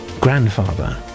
grandfather